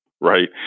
right